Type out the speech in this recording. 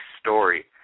story